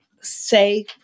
say